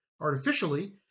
artificially